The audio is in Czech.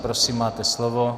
Prosím, máte slovo.